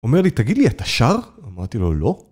אומר לי, תגיד לי, אתה שר? אמרתי לו, לא.